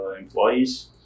Employees